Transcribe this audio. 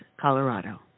Colorado